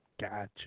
Gotcha